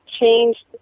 change